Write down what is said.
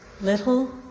little